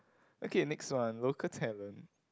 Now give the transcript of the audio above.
okay next one local talent